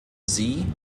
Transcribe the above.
sie